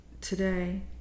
today